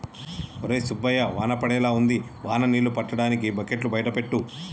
ఒరై సుబ్బయ్య వాన పడేలా ఉంది వాన నీళ్ళు పట్టటానికి బకెట్లు బయట పెట్టు